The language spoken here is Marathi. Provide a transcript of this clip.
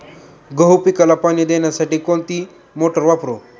गहू पिकाला पाणी देण्यासाठी कोणती मोटार वापरू?